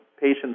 patients